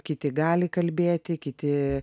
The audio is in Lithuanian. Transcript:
kiti gali kalbėti kiti